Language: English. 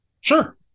Sure